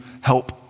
help